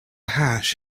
hash